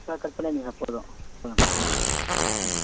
sir cut பண்ணிடுங்க sir போதும் போதும் கட் பண்ணிடுங்க ஓகேங்க